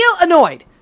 annoyed